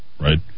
right